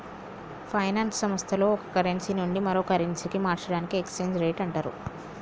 finance సంస్థల్లో ఒక currency నుండి మరో కరెన్సీకి మార్చడాన్ని ఎక్స్చేంజ్ రేట్ అంటరు